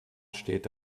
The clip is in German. steht